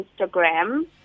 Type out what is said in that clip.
Instagram